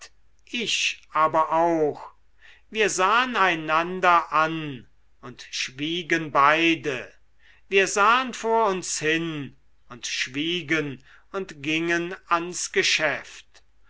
ich aber auch wir sahen einander an und schwiegen beide wir sahen vor uns hin und schwiegen und gingen ans geschäft